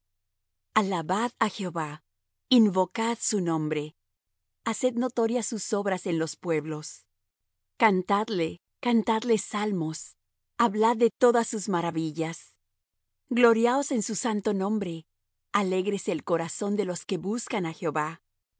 alabad á jehová invocad su nombre haced notorias sus obras en los pueblos cantadle cantadle salmos hablad de todas sus maravillas gloriaos en su santo nombre alégrese el corazón de los que buscan á jehová